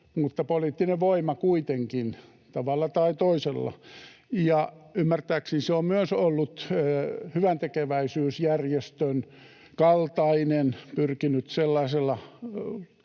mutta poliittinen voima kuitenkin tavalla tai toisella, ja ymmärtääkseni se on myös ollut hyväntekeväisyysjärjestön kaltainen, pyrkinyt sellaisella